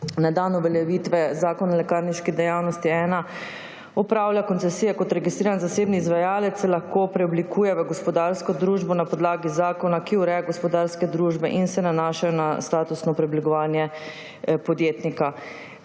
dan uveljavitve Zakona o lekarniški dejavnosti 1 opravlja [dejavnost na podlagi] koncesije kot registriran zasebni izvajalec, lahko preoblikuje v gospodarsko družbo na podlagi zakona, ki ureja gospodarske družbe in se nanaša na statusno preoblikovanje podjetnika.